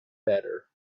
better